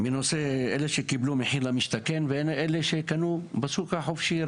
אלה שקיבלו מחיר למשתכן והן אלה שקנו בשוק החופשי,